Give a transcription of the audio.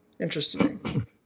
Interesting